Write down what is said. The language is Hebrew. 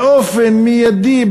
באופן מיידי,